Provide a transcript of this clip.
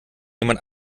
jemand